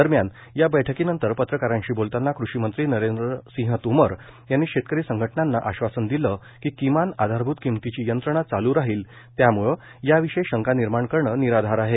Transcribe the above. दरम्यान या बैठकीनंतर पत्रकारांशी बोलताना कृषिमंत्री नरेंद्रसिंह तोमर यांनी शेतकरी संघटनांना आश्वासन दिलं की किमान आधारभूत किंमतीची यंत्रणा चालू राहील त्याम्ळे याविषयी शंका निर्माण करणे निराधार आहे